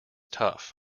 tough